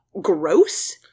gross